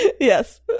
Yes